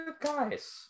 guys